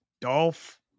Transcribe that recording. Dolph